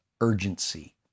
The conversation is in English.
urgency